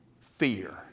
fear